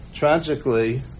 Tragically